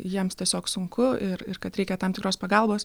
jiems tiesiog sunku ir ir kad reikia tam tikros pagalbos